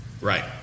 Right